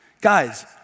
Guys